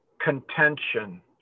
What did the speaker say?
Contention